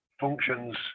functions